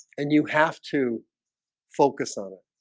and you have to focus on it